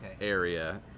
area